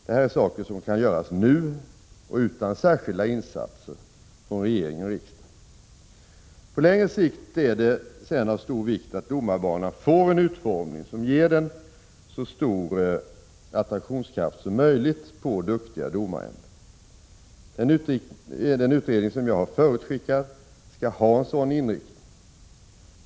Det här är saker som kan göras nu och utan särskilda insatser från regering och riksdag. På längre sikt är det av stor vikt att domarbanan får en utformning som ger den så stor attraktionskraft som möjligt på duktiga domare. Den utredning som jag har förutskickat skall ha en sådan inriktning.